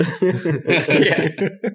Yes